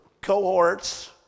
cohorts